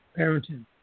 Parenting